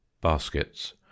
baskets